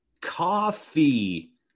coffee